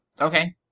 Okay